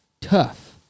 tough